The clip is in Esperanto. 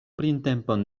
printempon